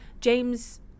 James